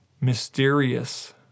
mysterious